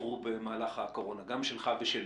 הופרו במהלך הקורונה, גם שלך ושלי.